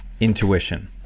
intuition